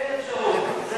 אין אפשרות.